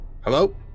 Hello